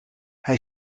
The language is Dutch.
hij